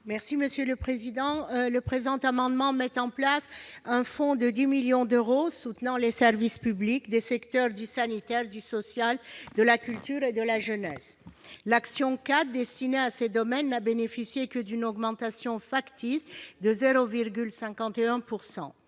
Mme Esther Benbassa. Cet amendement vise à mettre en place un fonds de 10 millions d'euros, en soutien aux services publics des secteurs du sanitaire, du social, de la culture et de la jeunesse. L'action n° 04 destinée à ces domaines n'a bénéficié que d'une augmentation factice de 0,51 %.